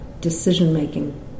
decision-making